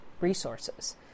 resources